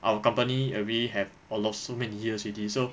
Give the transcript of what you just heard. our company already have a lot so many years already so